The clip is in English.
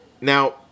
Now